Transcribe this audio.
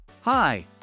Hi